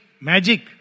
magic